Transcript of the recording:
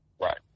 Right